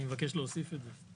אני מבקש להוסיף את זה.